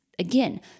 Again